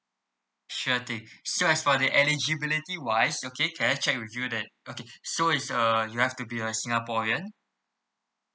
sure thing so as for the eligibility wise okay can I check with you that okay so is uh you have to be a singaporean